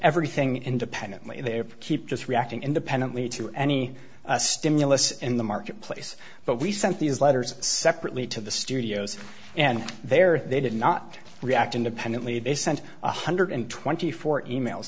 everything independently they keep just reacting independently to any stimulus in the marketplace but we sent these letters separately to the studios and there they did not react independently they sent one hundred and twenty four m mails